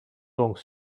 donc